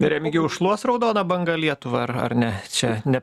remigijau šluos raudona banga lietuvą ar ar ne čia ne